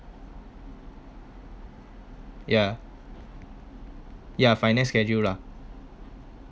yeah yeah finance schedule lah